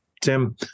Tim